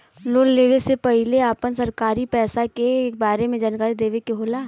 Loan लेवे से पहिले अपना नौकरी पेसा के बारे मे जानकारी देवे के होला?